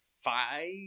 five